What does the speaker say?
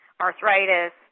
arthritis